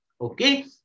Okay